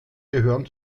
gehören